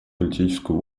политическую